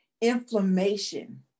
inflammation